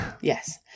yes